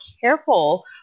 careful